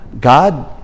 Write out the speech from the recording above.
God